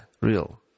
real